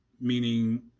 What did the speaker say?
meaning